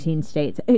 states